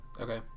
Okay